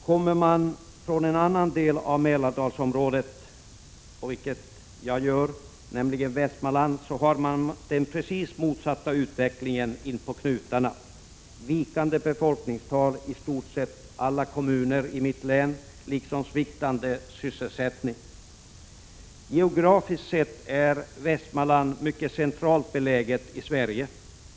Kommer man från en annan del av Mälardalsområdet som jag gör, nämligen från Västmanland, har man den precis motsatta utvecklingen inpå knutarna: vikande befolkningstal i stort sett i alla kommuner liksom sviktande sysselsättning. Geografiskt sett är Västmanland mycket centralt beläget i Sverige.